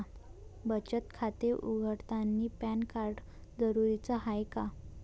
बचत खाते उघडतानी पॅन कार्ड जरुरीच हाय का?